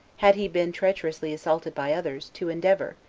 had he been treacherously assaulted by others, to endeavor,